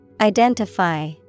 Identify